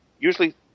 usually